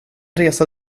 resa